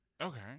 Okay